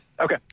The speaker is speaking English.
Okay